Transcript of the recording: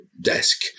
desk